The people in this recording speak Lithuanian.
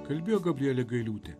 kalbėjo gabrielė gailiūtė